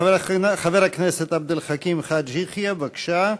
חבר הכנסת עבד אל חכים חאג' יחיא, בבקשה.